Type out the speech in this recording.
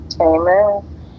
Amen